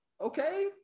Okay